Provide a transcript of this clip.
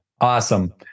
Awesome